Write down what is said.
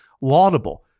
laudable